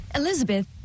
Elizabeth